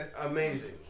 amazing